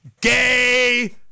Gay